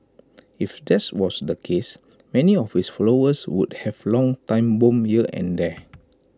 if that was the case many of his followers would have long time bomb here and there